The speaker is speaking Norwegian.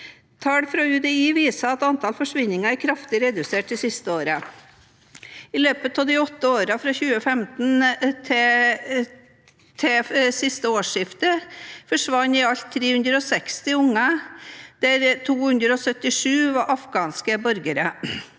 Tall fra UDI viser at antallet forsvinninger er kraftig redusert de senere årene. I løpet av de åtte årene fra 2015 til forrige årsskifte forsvant i alt 360 barn, hvorav 277 var afghanske borgere.